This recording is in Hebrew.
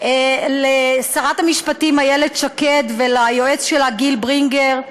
לשרת המשפטים איילת שקד וליועץ שלה גיל ברינגר,